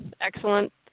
excellent